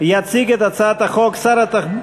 יציג את הצעת החוק שר התחבורה.